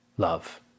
Love